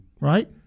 right